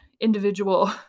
individual